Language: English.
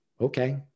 okay